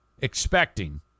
expecting